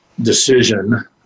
decision –